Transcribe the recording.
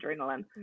adrenaline